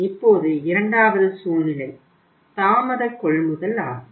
இப்போது இரண்டாவது சூழ்நிலை தாமத கொள்முதல் ஆகும்